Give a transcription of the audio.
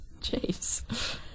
Jeez